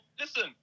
listen